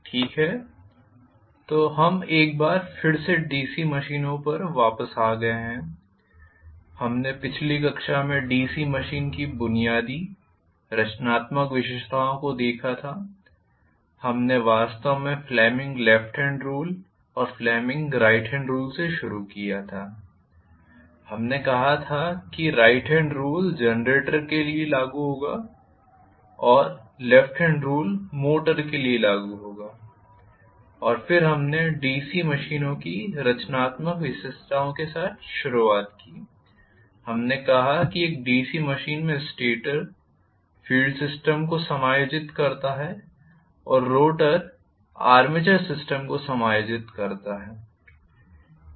ठीक है तो हम एक बार फिर से डीसी मशीनों पर वापस आ गए हैं और हमने पिछली कक्षा में डीसी मशीन की बुनियादी रचनात्मक विशेषताओं को देखा था हमने वास्तव में फ्लेमिंग लेफ्ट हॅंड रूल और फ्लेमिंग राइट हॅंड रूल से शुरू किया था हमने कहा था कि राइट हॅंड रूल जनरेटर के लिए होगा लागू लेफ्ट हॅंड रूल मोटर के लिए लागू होगा और फिर हमने डीसी मशीनों की रचनात्मक विशेषताओं के साथ शुरुआत की हमने कहा कि एक डीसी मशीन में स्टेटर फील्ड सिस्टम को समायोजित करता है और रोटर आर्मेचर सिस्टम को समायोजित करता है